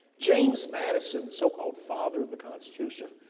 james madison, so called father of the constitution,